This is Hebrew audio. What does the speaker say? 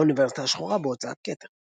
"האוניברסיטה השחורה" בהוצאת "כתר".